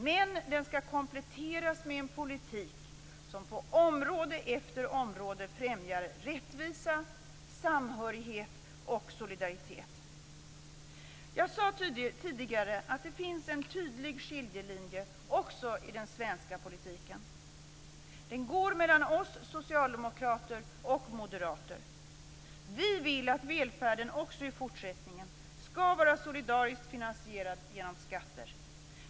Men den skall kompletteras med en politik som på område efter område främjar rättvisa, samhörighet och solidaritet. Jag sade tidigare att det finns en tydlig skiljelinje också i den svenska politiken. Den går mellan oss socialdemokrater och moderaterna. Vi vill att välfärden också i fortsättningen skall vara solidariskt finansierad genom skatter.